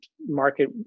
market